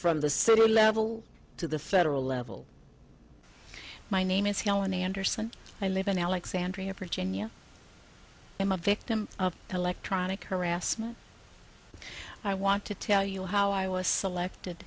from the city level to the federal level my name is helen anderson i live in alexandria virginia i'm a victim of electronic harassment i want to tell you how i was selected